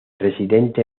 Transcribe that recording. residente